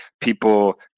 people